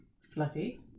fluffy